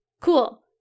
Cool